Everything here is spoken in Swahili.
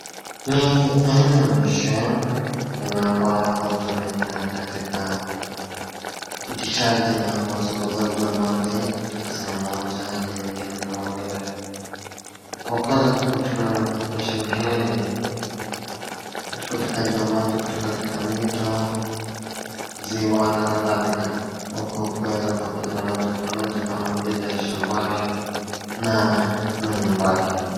Ni aina ya machine yenye na ambayo hutumika katika upitishaji ama usambazaji wa maji katika sehemu moja hadi nyingine kama vile kwa kuweza kutumia machine hili katika utekaji wa maji kutoka katika mito, ziwa na kadhalika huku ukiweza kuyapeleka moja kwa moja kama vile shambani na manyumbani.